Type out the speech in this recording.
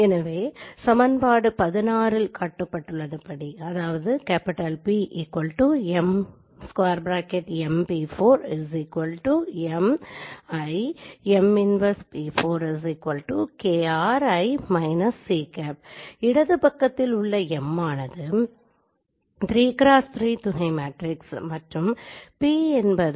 எனவே M ஐ வெளியேஎடுத்தால் இடது பக்கத்தில் உள்ள M ஆனது 3x 3 துணை மேட்ரிக்ஸ் இது M என்ற குறியீட்டால் குறிக்கப்படுகிறது